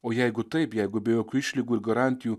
o jeigu taip jeigu be jokių išlygų ir garantijų